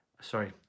Sorry